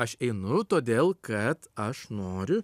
aš einu todėl kad aš noriu